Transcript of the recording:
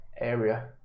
area